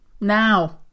Now